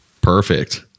Perfect